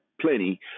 plenty